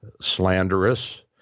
slanderous